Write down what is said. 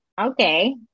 Okay